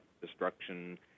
destruction